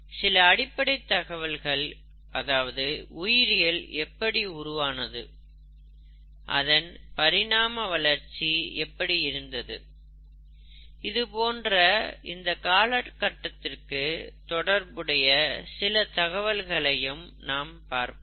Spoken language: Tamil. சில அடிப்படைத் தகவல்கள் அதாவது உயிர்கள் எப்படி உருவானது அதன் பரிணாம வளர்ச்சி எப்படி இருந்தது இதுபோன்ற இந்த காலகட்டத்திற்கு தொடர்புடைய சில தகவல்களையும் நாம் பார்ப்போம்